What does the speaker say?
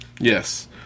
Yes